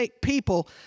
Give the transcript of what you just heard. people